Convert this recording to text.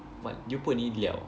ya do you put any liao